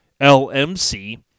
LMC